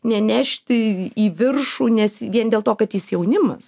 nenešti į viršų nes vien dėl to kad jis jaunimas